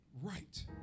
right